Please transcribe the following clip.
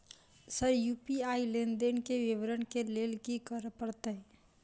Sir UPI लेनदेन केँ विवरण केँ लेल की करऽ परतै?